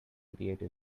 create